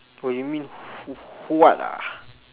oh you mean hu~ huat ah